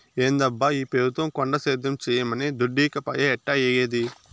ఏందబ్బా ఈ పెబుత్వం కొండ సేద్యం చేయమనె దుడ్డీకపాయె ఎట్టాఏగేది